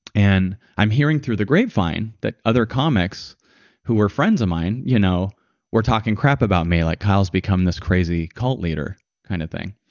and i'm hearing through the grapevine that other comics who were friends of mine you know were talking crap about me like, kyle's become this crazy cult leader kind of thing,